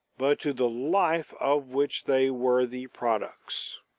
but to the life of which they were the products.